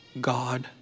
God